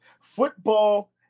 football